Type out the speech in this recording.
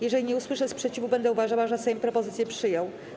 Jeżeli nie usłyszę sprzeciwu będę uważała, że Sejm propozycje przyjął.